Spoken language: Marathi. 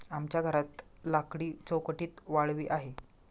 आमच्या घरात लाकडी चौकटीत वाळवी आहे